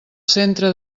centre